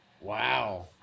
Wow